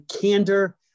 candor